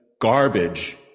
garbage